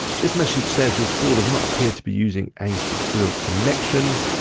this message says, your store does not appear to be using a secure connection.